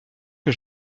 que